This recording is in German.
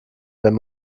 wenn